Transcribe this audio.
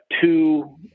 two